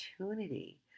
opportunity